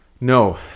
no